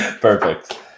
Perfect